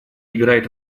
играет